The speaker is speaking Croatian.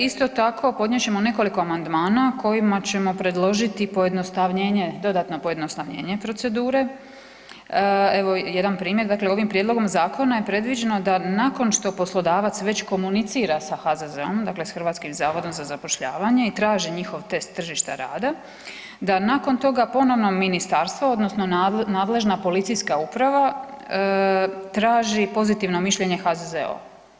Isto tako, podnijet ćemo nekoliko amandmana kojima ćemo predložiti pojednostavljenje, dodatno pojednostavnjenje procedure, evo jedan primjer, dakle ovim prijedlogom zakona je previđeno da nakon što poslodavac već komunicira sa HZZZ-om, dakle s Hrvatskim zavodom za zapošljavanje i traži njihov test tržišta rada, da nakon toga ponovno ministarstvo odnosno nadležna policijska uprava traži pozitivno mišljenje HZZZ-a.